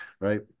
right